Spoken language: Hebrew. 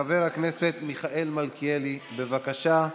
חבר הכנסת מיכאל מלכיאלי, בבקשה.